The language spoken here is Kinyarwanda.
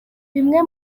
bimwe